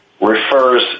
refers